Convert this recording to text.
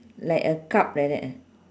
like a cup like that uh